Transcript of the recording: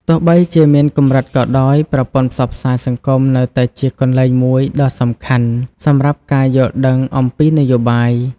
ទោះបីជាមានកម្រិតក៏ដោយ ប្រព័ន្ធផ្សព្វផ្សាយសង្គមនៅតែជាកន្លែងមួយដ៏សំខាន់សម្រាប់ការយល់ដឹងអំពីនយោបាយ